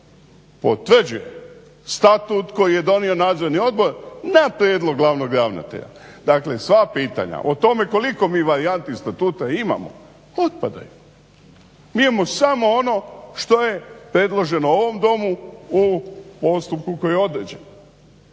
potvrđuje statut koji je donio nadzorni odbor na prijedlog glavnog ravnatelja. Dakle, sva pitanja o tome koliko mi varijanti statuta imamo, otpadaju. Mi imamo samo ono što je predloženo u ovom Domu u postupku koji je određen.